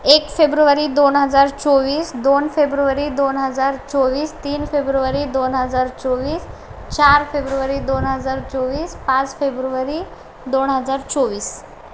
एक फेब्रुवारी दोन हजार चोवीस दोन फेब्रुवरी दोन हजार चोवीस तीन फेब्रुवारी दोन हजार चोवीस चार फेब्रुवरी दोन हजार चोवीस पाच फेब्रुवरी दोन हजार चोवीस